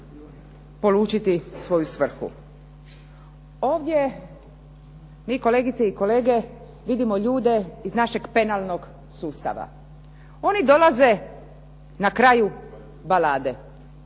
polučiti svoju svrhu. Ovdje mi kolegice i kolege vidimo ljude iz našeg penalnog sustava. Oni dolaze na kraju balade.